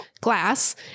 glass